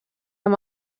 amb